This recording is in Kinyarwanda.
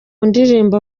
ndirimbo